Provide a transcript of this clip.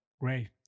Great